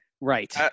right